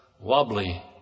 wobbly